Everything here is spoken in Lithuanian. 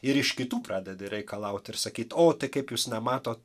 ir iš kitų pradedi reikalaut ir sakyt o tai kaip jūs nematot